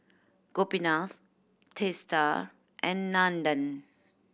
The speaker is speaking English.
Gopinath Teesta and Nandan